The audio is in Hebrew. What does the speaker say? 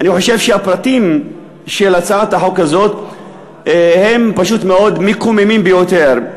אני חושב שהפרטים של הצעת החוק הזאת הם פשוט מאוד מקוממים ביותר,